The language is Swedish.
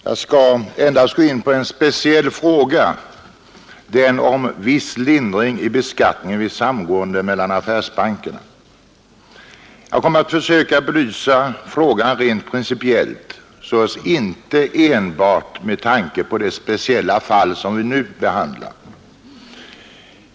Herr talman! Jag skall endast gå in på en speciell fråga, den om ”viss lindring i beskattningen vid samgående mellan affärsbankerna”. Jag kommer att försöka belysa frågan rent principiellt, således icke enbart med tanke på det speciella fall, som vi nu behandlar.